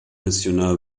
missionar